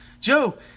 Joe